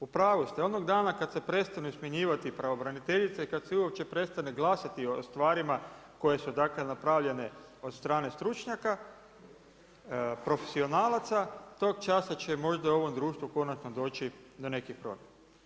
U pravu ste, onog dana kad se prestanu smjenjivati pravobraniteljice i kad se uopće prestane glasati o stvarima koje su dakle napravljene od strane stručnjaka profesionalaca tog časa će možda u ovom društvu konačno doći do nekih promjena.